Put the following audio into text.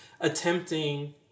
attempting